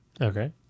Okay